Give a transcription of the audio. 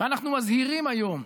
ואנחנו מזהירים היום: